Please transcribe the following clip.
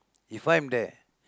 if I'm there